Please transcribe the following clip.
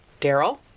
Daryl